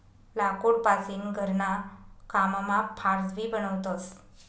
लाकूड पासीन घरणा कामना फार्स भी बनवतस